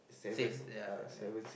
says ya yes yes yes